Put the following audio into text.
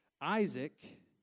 Isaac